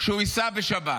שהוא ייסע בשבת?